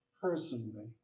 personally